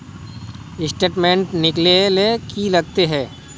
Statement निकले ले की लगते है?